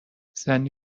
زنی